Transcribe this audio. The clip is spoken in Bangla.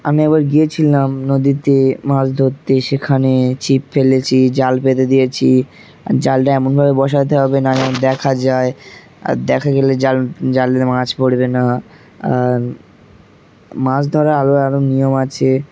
আমি একবার গিয়েছিলাম নদীতে মাছ ধরতে সেখানে ছিপ ফেলেছি জাল পেতে দিয়েছি আর জালটা এমনভাবে বসাতে হবে না যেমন দেখা যায় আর দেখা গেলে জাল জালে মাছ পড়বে না আর মাছ ধরাার আরো আরও নিয়ম আছে